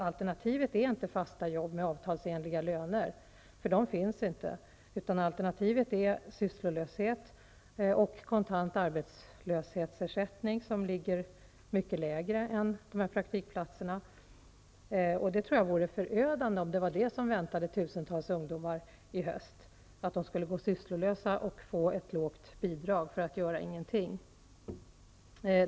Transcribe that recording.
Alternativet är nämligen inte fasta jobb med avtalsenliga löner, därför att de jobben finns inte. Alternativet är i stället sysslolöshet och kontant arbetslöshetsersättning, som ligger mycket lägre än ersättningen på praktikplatserna. Jag tror det skulle vara förödande, om det vore vad som väntade tusentals ungdomar i höst, att gå sysslolösa och få ett lågt bidrag för att göra ingenting.